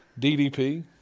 DDP